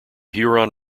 huron